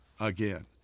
again